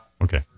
okay